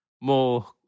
More